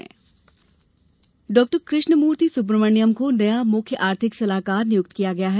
डॉ सुब्रमण्यम डॉ कृष्णमूर्ति सुब्रमण्यम को नया मुख्य आर्थिक सलाहकार नियुक्त किया गया है